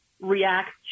react